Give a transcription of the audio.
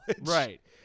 Right